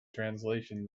translation